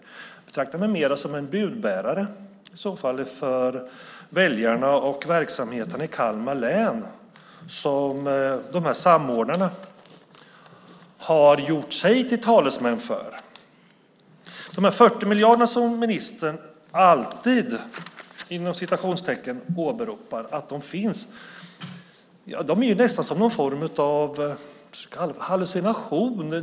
Jag betraktar mig mer som en budbärare för väljarna och verksamheterna i Kalmar län som varselsamordnarna har gjort sig till talesmän för. De 40 miljarderna som ministern alltid åberopar finns är nästan som någon form av hallucination.